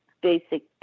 basic